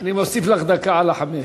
אני מוסיף לך דקה על החמש.